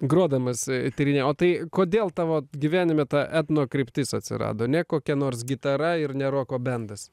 grodamas tyrinėji o tai kodėl tavo gyvenime ta etnokryptis atsirado ne kokia nors gitara ir ne roko bendas